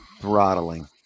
throttling